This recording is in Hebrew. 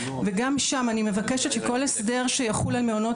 וגם שם אני מבקשת שכל הסדר שיחול על מעונות